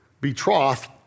betrothed